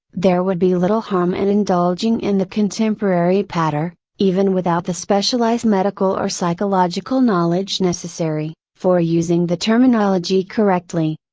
there would be little harm in and indulging in the contemporary patter, even without the specialized medical or psychological knowledge necessary, for using the terminology correctly.